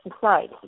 society